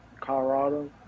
colorado